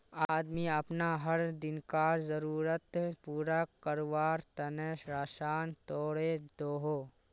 आदमी अपना हर दिन्कार ज़रुरत पूरा कारवार तने राशान तोड़े दोहों